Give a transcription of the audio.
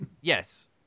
Yes